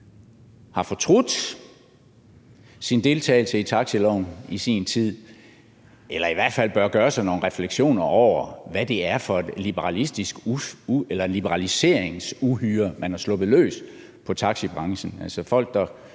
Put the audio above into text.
har fortrudt sin deltagelse i taxiloven i sin tid eller i hvert fald bør gøre sig nogle refleksioner over, hvad det er for et liberaliseringsuhyre, man har sluppet løs i taxibranchen.